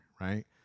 right